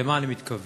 למה אני מתכוון?